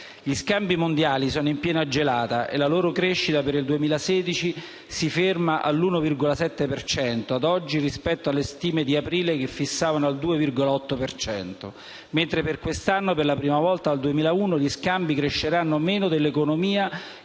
Gli scambi mondiali sono in piena gelata e la loro crescita per il 2016 si ferma ad oggi al 1,7 per cento rispetto alle stime di aprile che fissavano al 2,8 per cento; mentre per quest'anno, per la prima volta dal 2001, gli scambi cresceranno meno dell'economia